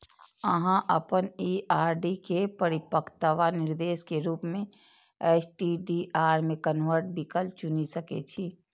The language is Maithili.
अहां अपन ई आर.डी के परिपक्वता निर्देश के रूप मे एस.टी.डी.आर मे कन्वर्ट विकल्प चुनि सकै छी